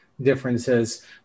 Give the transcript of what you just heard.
differences